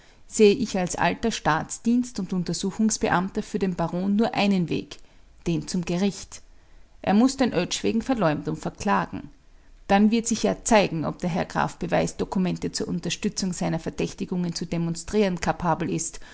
sehe ich als alter staatsdienst und untersuchungsbeamter für den baron nur einen weg den zum gericht er muß den oetsch wegen verleumdung verklagen dann wird sich ja zeigen ob der herr graf beweisdokumente zur unterstützung seiner verdächtigungen zu demonstrieren kapabel ist